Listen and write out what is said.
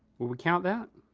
we count that?